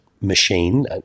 machine